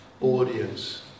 audience